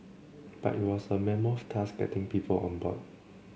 but it was a mammoth task getting people on board